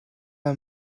are